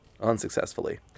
Unsuccessfully